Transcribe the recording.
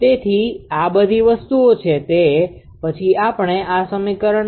તેથી આ બધી વસ્તુઓ છે તે પછી આપણે આ સમીકરણને 𝑥̇ 𝐴𝑥 𝐵𝑢 રૂપમાં મૂકવું પડશે